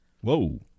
Whoa